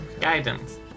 guidance